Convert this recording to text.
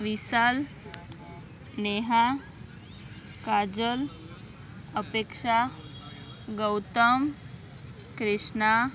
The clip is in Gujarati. વિશાલ નેહા કાજલ અપેક્ષા ગૌતમ ક્રિષ્ના